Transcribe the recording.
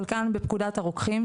חלקן בפקודת הרוקחים,